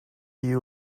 you